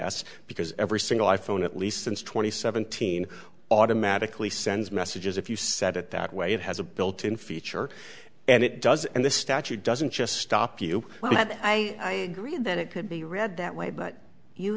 s because every single i phone at least since two thousand and seventeen automatically sends messages if you set it that way it has a built in feature and it does and the statute doesn't just stop you well i agree that it could be read that way but you